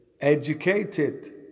educated